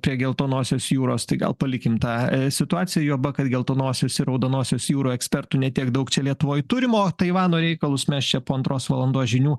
prie geltonosios jūros tai gal palikim tą a situaciją juoba kad geltonosiose ir raudonosios jūrų ekspertų ne tiek daug čia lietuvoj turimo taivano reikalus mes čia po antros valandos žinių